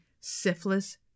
syphilis